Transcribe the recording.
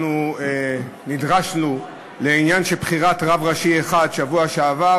אנחנו נדרשנו לעניין של בחירת רב ראשי אחד בשבוע שעבר,